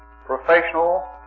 professional